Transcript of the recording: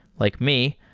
like me,